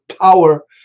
power